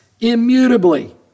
immutably